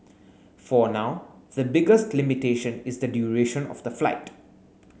for now the biggest limitation is the duration of the flight